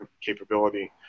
capability